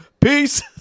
peace